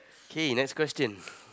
okay next question